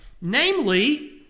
Namely